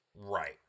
Right